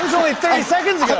only thirty seconds ago,